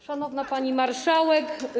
Szanowna Pani Marszałek!